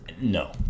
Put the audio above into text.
No